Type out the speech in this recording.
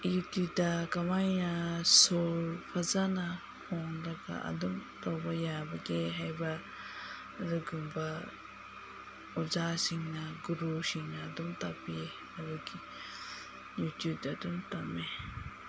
ꯌꯨꯇꯨꯞꯇ ꯀꯃꯥꯏꯅ ꯁꯣꯔ ꯐꯖꯅ ꯍꯣꯜꯂꯒ ꯑꯗꯨꯝ ꯇꯧꯕ ꯌꯥꯕꯒꯦ ꯍꯥꯏꯕ ꯑꯗꯨꯒꯨꯝꯕ ꯑꯣꯖꯥꯁꯤꯡꯅ ꯒꯨꯔꯨꯁꯤꯡꯅ ꯑꯗꯨꯝ ꯇꯥꯛꯄꯤꯌꯦ ꯑꯗꯨꯒꯨ ꯌꯨꯇꯨꯞꯇ ꯑꯗꯨꯝ ꯇꯝꯃꯦ